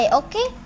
okay